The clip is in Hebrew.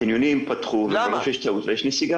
קניונים פתחו וראו שיש טעות ויש נסיגה